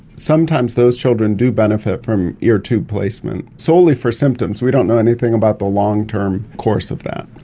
sometimes those children do benefit from ear tube placement, solely for symptoms, we don't know anything about the long-term course of that.